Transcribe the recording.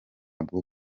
bwo